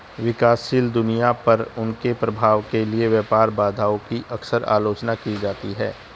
विकासशील दुनिया पर उनके प्रभाव के लिए व्यापार बाधाओं की अक्सर आलोचना की जाती है